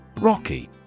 Rocky